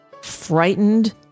frightened